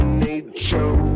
nature